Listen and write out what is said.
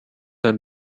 and